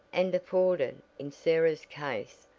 and afforded, in sarah's case,